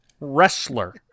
wrestler